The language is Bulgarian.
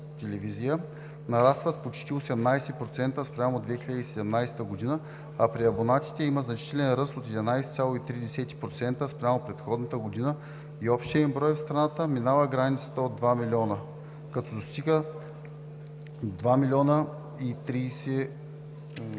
телевизия, нарастват с почти 18% спрямо 2017 г., а при абонатите има значителен ръст от 11,3% спрямо предходната година. Общият им брой в страната минава границата от 2 милиона, като достига 2 милиона и 30